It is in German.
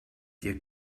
ihr